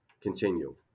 continue